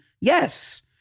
Yes